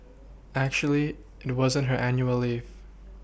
actually it wasn't her annual leave